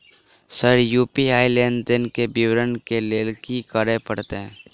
Sir UPI लेनदेन केँ विवरण केँ लेल की करऽ परतै?